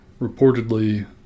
Reportedly